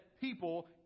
people